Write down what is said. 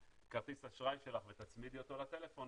כרטיס אשראי שלך ותצמידי אותו לטלפון